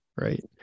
right